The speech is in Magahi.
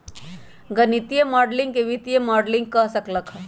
गणितीय माडलिंग के वित्तीय मॉडलिंग कह सक ल ह